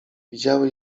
widziały